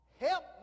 help